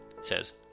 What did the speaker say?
says